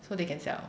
so they can sell